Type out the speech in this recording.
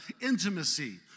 intimacy